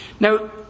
Now